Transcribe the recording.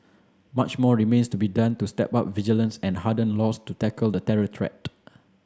much more remains to be done to step up vigilance and harden laws to tackle the terror threat